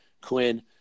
Quinn